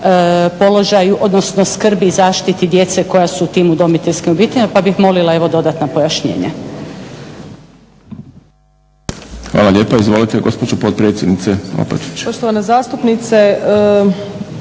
položaju odnosno skrbi i zaštiti djece koja su u tim udomiteljskim obiteljima, pa bih molila evo dodatna pojašnjenja. **Šprem, Boris (SDP)** Hvala lijepa. Izvolite gospođo potpredsjednice